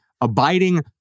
abiding